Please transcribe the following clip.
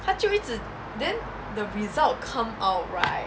他就一直 then the result come out right